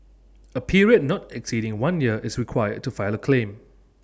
A period not exceeding one year is required to file A claim